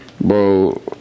Bro